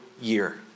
year